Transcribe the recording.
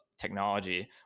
technology